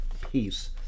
peace